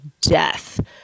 death